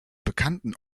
bekannten